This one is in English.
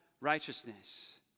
righteousness